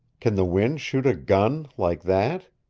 can the wind shoot a gun like that?